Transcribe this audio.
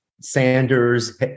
Sanders